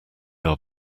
are